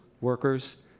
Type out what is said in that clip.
workers